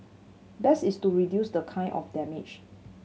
best is to reduce the kind of damage